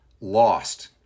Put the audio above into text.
lost